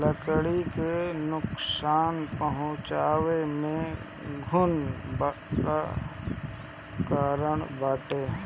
लकड़ी के नुकसान पहुंचावे में घुन बड़ कारण बाटे